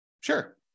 Sure